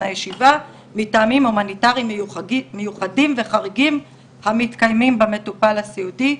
הישיבה מטעמים הומניטאריים מיוחדים וחריגים המתקיימים במטופל הסיעודי,